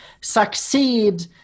succeed